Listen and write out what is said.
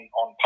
on